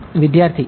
વિદ્યાર્થી સર